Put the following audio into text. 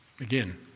again